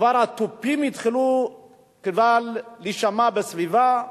התופים התחילו כבר להישמע בסביבה,